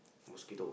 mosquito